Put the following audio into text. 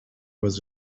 was